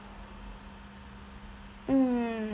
mm